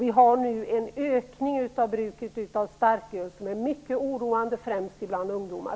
Vi har nu en ökning av bruket av starköl som är mycket oroande, främst bland ungdomar.